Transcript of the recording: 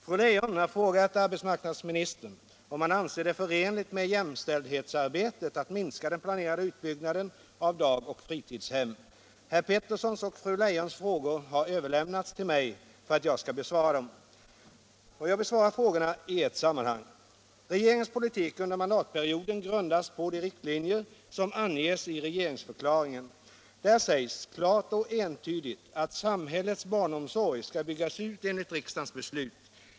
Fru Leijon har frågat arbetsmarknadsministern om han anser det förenligt med jämställdhetsarbetet att minska den planerade utbyggnaden av dag och fritidshem. Herr Petersons och fru Leijons frågor har överlämnats till mig för att jag skall besvara dem. Jag besvarar frågorna i ett sammanhang. Regeringens politik under mandatperioden grundas på de riktlinjer som anges i regeringsförklaringen. Där sägs klart och entydigt att samhällets barnomsorg skall byggas ut enligt riksdagens beslut.